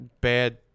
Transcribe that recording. bad